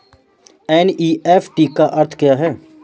NEFT का अर्थ क्या है?